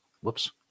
whoops